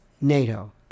NATO